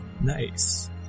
Nice